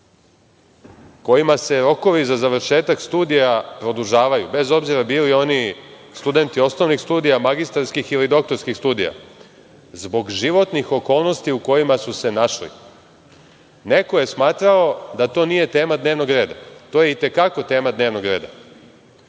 kojima se rokovi za završetak studija produžavaju, bez obzira bili oni studenti osnovnih studija, magistarskih ili doktorskih, zbog životnih okolnosti u kojima su se našli. Neko je smatrao da to nije tema dnevnog reda. To je i te kako tema dnevnog reda,